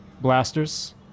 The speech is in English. blasters